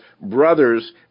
brothers